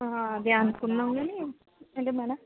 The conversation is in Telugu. అదే అనుకున్నాం కానీ ఏంటి మేడమ్